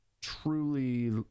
truly